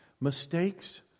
Mistakes